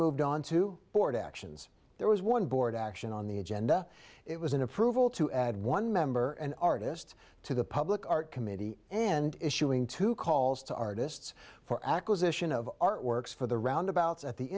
moved on to board actions there was one board action on the agenda it was an approval to add one member and artist to the public art committee and issuing two calls to artists for acquisition of artworks for the roundabouts at the